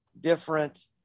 different